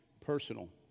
personal